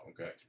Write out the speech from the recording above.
Okay